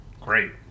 great